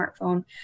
smartphone